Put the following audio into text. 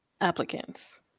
applicants